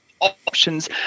options